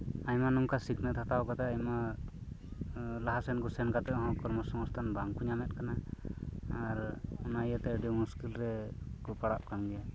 ᱟᱭᱢᱟ ᱱᱚᱝᱠᱟ ᱥᱤᱠᱱᱟᱹᱛ ᱦᱟᱛᱟᱣ ᱠᱟᱛᱮᱫ ᱟᱭᱢᱟ ᱞᱟᱦᱟ ᱥᱮᱱ ᱠᱟᱛᱮᱫ ᱦᱚᱸ ᱠᱚᱨᱢᱚ ᱥᱚᱝᱥᱛᱷᱟᱱ ᱵᱟᱝᱠᱚ ᱧᱟᱢᱮᱫ ᱠᱟᱱᱟ ᱟᱨ ᱚᱱᱟ ᱤᱭᱟᱹᱛᱮ ᱟᱹᱰᱤ ᱢᱩᱥᱠᱤᱞ ᱨᱮᱠᱚ ᱯᱟᱲᱟᱜ ᱠᱟᱱ ᱜᱮᱭᱟ